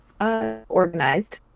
organized